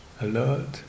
alert